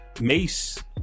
Mace